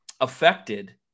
affected